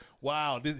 wow